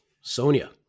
Sonia